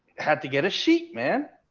had to get a sheet man?